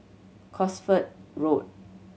Cosford Road